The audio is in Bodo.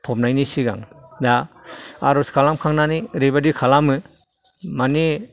फबनायनि सिगां दा आर'ज खालामखांनानै ओरैबायदि खालामो माने